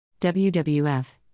WWF